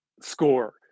score